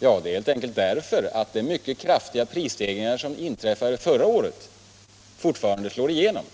Jo, helt enkelt därför att de mycket kraftiga prisstegringar som inträffade förra året fortfarande slår igenom.